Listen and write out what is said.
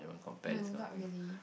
no not really